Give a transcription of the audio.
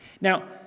now